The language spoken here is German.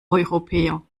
europäer